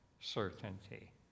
certainty